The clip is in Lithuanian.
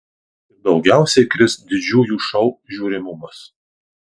ir daugiausiai kris didžiųjų šou žiūrimumas